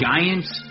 Giants